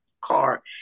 car